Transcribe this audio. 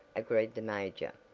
agreed the major,